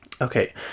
okay